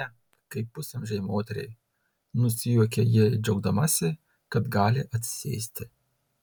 ne kaip pusamžei moteriai nusijuokia ji džiaugdamasi kad gali atsisėsti